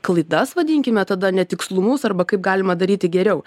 klaidas vadinkime tada netikslumus arba kaip galima daryti geriau